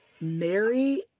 Mary